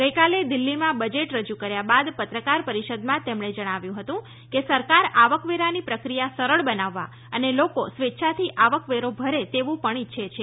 ગઈકાલે દિલ્ફીમાં બજેટ રજૂ કર્યા બાદ પત્રકાર પરિષદમાં તેમણે જણાવ્યું હતું કે સરકાર આવકવેરાની પ્રક્રિયા સરળ બનાવવા અને લોકો સ્વેચ્છાથી આવકવેરો ભરે તેવું પણ ઈચ્છે છે